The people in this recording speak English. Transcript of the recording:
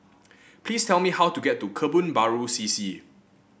please tell me how to get to Kebun Baru C C